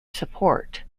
support